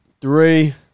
Three